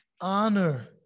honor